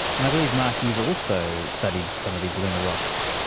and i believe, marc, you've also studied some of these lunar rocks.